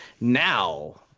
Now